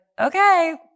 okay